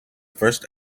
first